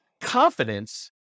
confidence